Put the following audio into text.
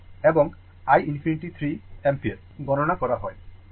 এবং i ∞ 3 ampere গণনা করা হয়